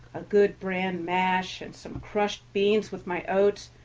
a good bran mash and some crushed beans with my oats,